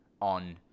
on